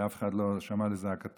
ואף אחד לא שמע לזעקתם,